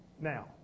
now